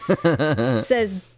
says